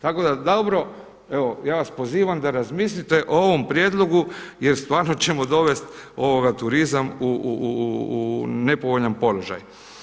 Tako da dobro evo ja vas pozivam da razmislite o ovom prijedlogu jer stvarno ćemo dovesti turizam u nepovoljan položaj.